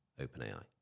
OpenAI